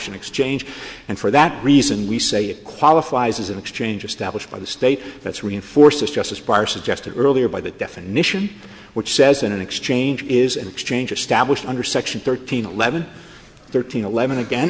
an exchange and for that reason we say it qualifies as an exchange established by the state that's reinforces just as prior suggested earlier by that definition which says an exchange is an exchange established under such thirteen eleven thirteen eleven again